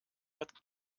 hat